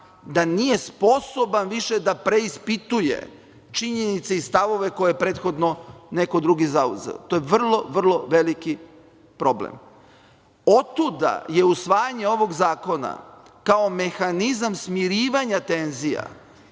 da nije sposoban više da preispituje činjenice i stavove koje je prethodno neko drugi zauzeo. To je vrlo, vrlo veliki problem. Otuda je usvajanje ovog zakona kao mehanizam smirivanja tenzija